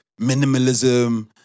minimalism